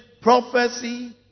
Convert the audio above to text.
prophecy